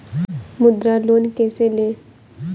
मुद्रा लोन कैसे ले?